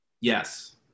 Yes